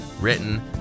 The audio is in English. written